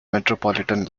metropolitan